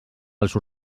als